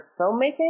filmmaking